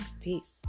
peace